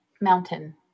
mountain